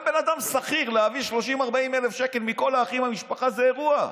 הוחלט לאפשר למציע לבוא בדין ודברים עם הגורמים הממשלתיים הרלוונטיים,